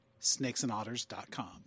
snakesandotters.com